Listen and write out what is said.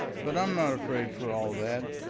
but i'm not afraid for all that.